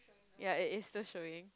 yea it is the showing